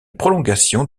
prolongation